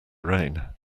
rain